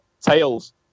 tails